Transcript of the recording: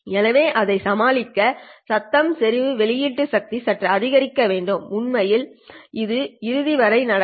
எனவே அதைச் சமாளிக்க சத்தம் செறிவு வெளியீட்டு சக்தி சற்று அதிகரிக்க வேண்டும் உண்மையில் இது இறுதி வரை நடக்கும்